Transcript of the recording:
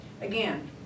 again